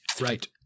Right